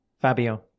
Fabio